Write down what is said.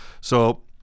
So-